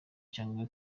cyangwa